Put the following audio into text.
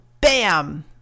Bam